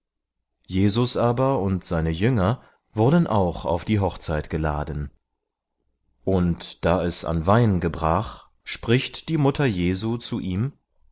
jesus aber und seine jünger wurden auch auf die hochzeit geladen und da es an wein gebrach spricht die mutter jesu zu ihm